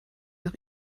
noch